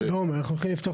בעומר אנחנו הולכים לפתוח.